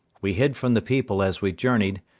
we hid from the people as we journeyed,